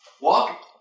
walk